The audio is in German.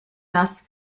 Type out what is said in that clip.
das